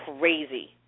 crazy